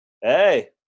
Hey